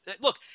Look